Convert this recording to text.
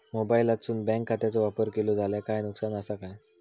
मोबाईलातसून बँक खात्याचो वापर केलो जाल्या काय नुकसान असा काय?